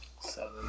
Seven